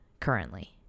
currently